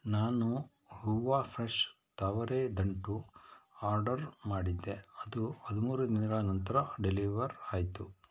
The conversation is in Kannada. ನಾನು ಹೂವು ಫ್ರೆಶ್ ತಾವರೆ ದಂಟು ಆರ್ಡರ್ ಮಾಡಿದ್ದೆ ಅದು ಹದಿಮೂರು ದಿನಗಳ ನಂತರ ಡೆಲಿವರ್ ಆಯಿತು